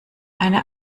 eine